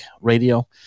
radio